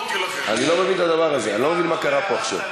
אני לא מבין מה קרה פה עכשיו.